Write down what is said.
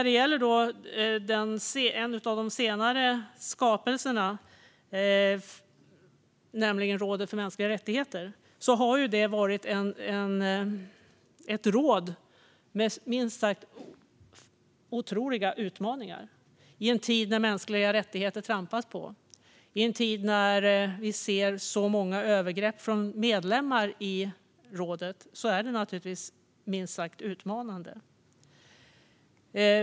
En av de senare skapelserna, nämligen rådet för mänskliga rättigheter, har varit ett råd med minst sagt otroliga utmaningar i en tid när man trampar på mänskliga rättigheter och när vi ser så många övergrepp begås av medlemmar i rådet. Det är minst sagt utmanande.